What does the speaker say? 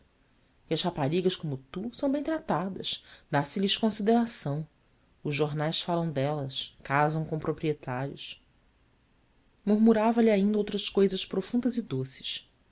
e as raparigas como tu são bem tratadas dá se lhes consideração os jornais falam delas casam com proprietários murmurava lhe ainda outras cousas profundas e doces